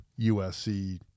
USC